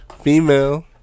Female